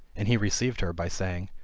and he received her, by saying,